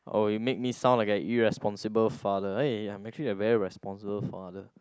oh you make me sound like an irresponsible father eh I'm actually a very responsible father